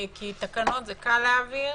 כי תקנות זה קל להעביר,